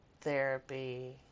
therapy